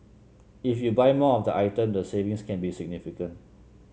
if you buy more of the item the savings can be significant